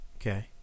Okay